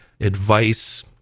advice